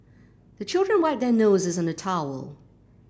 the children wipe their noses on the towel